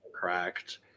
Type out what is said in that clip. correct